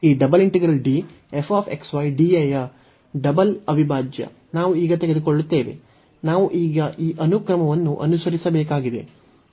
ತದನಂತರ ಈ ಯ ಡಬಲ್ ಅವಿಭಾಜ್ಯ ನಾವು ಈಗ ತೆಗೆದುಕೊಳ್ಳುತ್ತೇವೆ ನಾವು ಈಗ ಈ ಅನುಕ್ರಮವನ್ನು ಅನುಸರಿಸಬೇಕಾಗಿದೆ